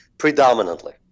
Predominantly